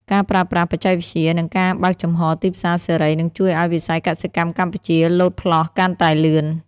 ការប្រើប្រាស់បច្ចេកវិទ្យា និងការបើកចំហរទីផ្សារសេរី នឹងជួយឱ្យវិស័យកសិកម្មកម្ពុជាលោតផ្លោះកាន់តែលឿន។